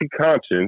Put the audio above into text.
conscience